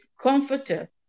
comforter